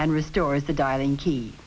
and restores the dialing key